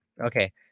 Okay